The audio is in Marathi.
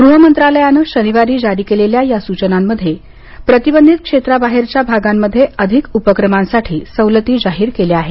गृहमंत्रालयानं शनिवारी जारी केलेल्या या सूचनांमध्ये प्रतिबंधित क्षेत्रांबाहेरच्या भागांमध्ये अधिक उपक्रमांसाठी सवलती जाहीर केल्या आहेत